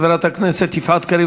חברת הכנסת יפעת קריב,